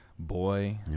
Boy